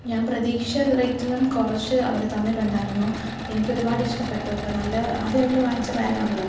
ഞാൻ പ്രതീഷിച്ച റേറ്റിലും കുറച്ച് അവർ തന്നിട്ടുണ്ടായിരുന്നു എനിക്ക് ഒരുപാട് ഇഷ്ടപ്പെട്ടു നല്ല ആദ്യമായിട്ട് വാങ്ങിച്ച ബാഗാണല്ലോ